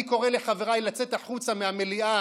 אני קורא לחבריי לצאת החוצה מהמליאה